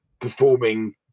performing